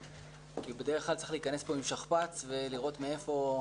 כי בדרך כלל צריך להיכנס לפה עם שכפ"ץ ולראות מאיפה,